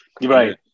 Right